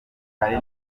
kare